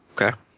Okay